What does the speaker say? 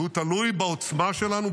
והוא תלוי בעוצמה שלנו,